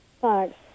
Thanks